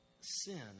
sin